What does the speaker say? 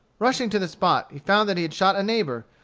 rushing to the spot, he found that he had shot a neighbor,